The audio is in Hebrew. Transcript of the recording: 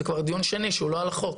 זה כבר דיון שני שהוא לא על החוק.